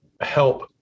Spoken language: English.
help